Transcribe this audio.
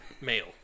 Male